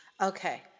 Okay